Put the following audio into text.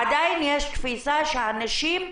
עדיין יש תפיסה שהנשים,